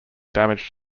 damage